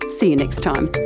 see you next time